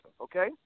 Okay